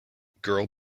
girl